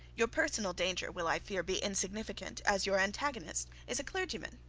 your personal danger will, i fear, be insignificant, as your antagonist is a clergyman